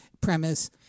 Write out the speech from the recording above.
premise